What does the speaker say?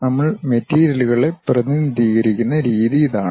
നമ്മൾ മെറ്റീരിയലുകളെ പ്രതിനിധീകരിക്കുന്ന രീതി ഇതാണ്